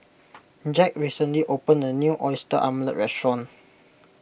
Jack recently opened a new Oyster Omelette restaurant